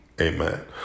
amen